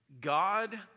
God